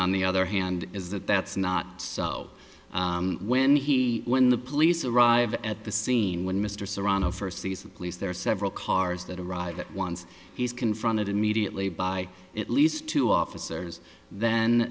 on the other hand is that that's not so when he when the police arrived at the scene when mr serrano first these police there are several cars that arrive at once he's confronted immediately by at least two officers then